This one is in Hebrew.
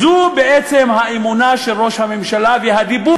זו בעצם האמונה של ראש הממשלה והדיבור